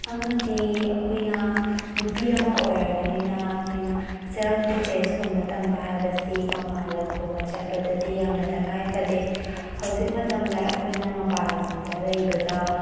ꯑꯃꯗꯤ ꯑꯩꯈꯣꯏꯅ ꯅꯨꯄꯤ ꯑꯃ ꯑꯣꯏꯔꯕꯅꯤꯅ ꯑꯩꯈꯣꯏꯅ ꯁꯦꯜꯐ ꯗꯤꯐꯦꯟꯁꯀꯨꯝꯕ ꯇꯝꯕ ꯍꯥꯏꯕꯁꯤ ꯃꯄꯥꯟ ꯂꯝꯒꯨꯝꯕ ꯆꯠꯄꯗꯗꯤ ꯌꯥꯝꯅ ꯇꯉꯥꯏ ꯐꯗꯦ ꯍꯧꯖꯤꯛ ꯃꯇꯝꯗ ꯑꯩꯈꯣꯏꯅ ꯃꯄꯥꯟ ꯂꯝꯗ ꯂꯩꯕꯗ